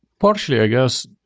partially, i guess.